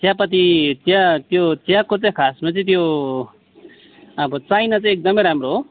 चियापत्ती चिया त्यो चियाको चाहिँ खासमा चाहिँ त्यो अब चाइना चाहिँ एकदमै राम्रो हो